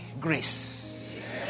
grace